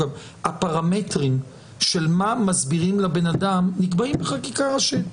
הפרמטרים מה מסבירים לבן אדם נקבעים בחקיקה ראשית.